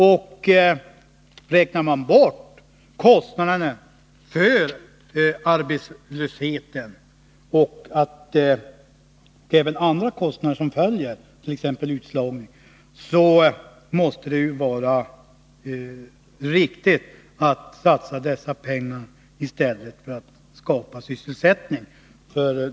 Om man räknar samman kostnaderna för arbetslösheten och även andra kostnader som följer på den, för utslagning t.ex., måste man komma fram till att det är riktigare att satsa dessa pengar på att skapa sysselsättning.